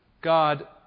God